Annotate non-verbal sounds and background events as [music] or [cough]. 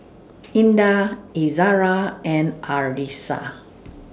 [noise] Indah Izara and Arissa